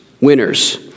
winners